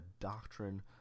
doctrine